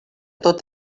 tot